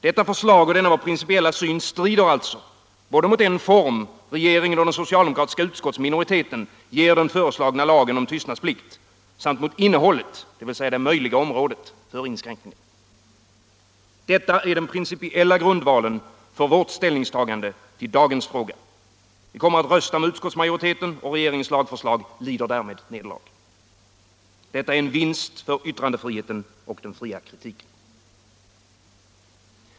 Detta förslag och denna vår principiella syn strider alltså både mot den form regeringen och den socialdemokratiska utskottsminoriteten ger den föreslagna lagen om tystnadsplikt och mot innehållet, dvs. det möjliga området för inskränkningar. Detta är den principiella grundvalen för vårt ställningstagande till dagens fråga. Vi kommer att rösta med utskottsmajoriteten, och regeringens lagförslag lider därmed nederlag. Detta är en vinst för yttrandefriheten och den fria kritiken.